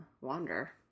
Wander